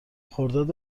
خرداد